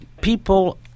people